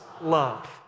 love